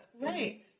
right